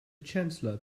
chancellor